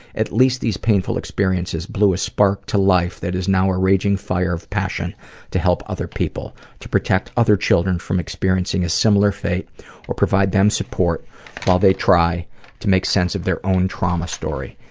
at least these painful experiences blew a spark to life that is now a raging fire of passion to help other people, to protect other children from experiencing a similar fate or provide them support while they try to make sense of their own trauma story.